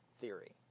theory